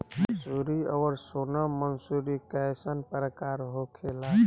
मंसूरी और सोनम मंसूरी कैसन प्रकार होखे ला?